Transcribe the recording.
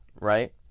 right